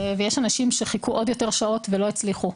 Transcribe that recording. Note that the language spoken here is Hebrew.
ויש אנשים שחיכו עוד יותר שעות ולא הצליחו.